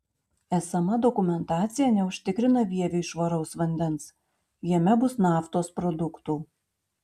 esama dokumentacija neužtikrina vieviui švaraus vandens jame bus naftos produktų